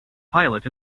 pilot